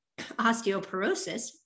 osteoporosis